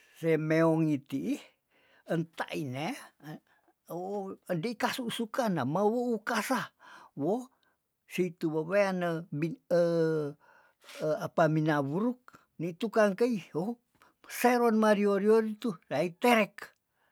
Se meongiti ih enta ineah an oh edikasu sukana mewu ukasah woh situ weweane bin apa minawuruk ni tukang keioh seron mario- rio ritu laiterek.